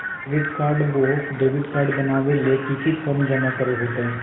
Credit card बोया debit card बनाने ले की की फॉर्म जमा करे होते?